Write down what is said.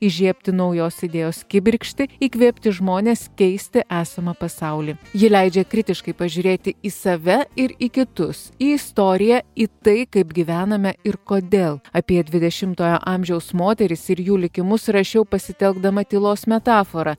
įžiebti naujos idėjos kibirkštį įkvėpti žmones keisti esamą pasaulį ji leidžia kritiškai pažiūrėti į save ir į kitus į istoriją į tai kaip gyvename ir kodėl apie dvidešimtojo amžiaus moteris ir jų likimus rašiau pasitelkdama tylos metaforą